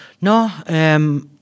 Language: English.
No